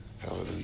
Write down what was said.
Hallelujah